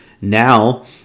now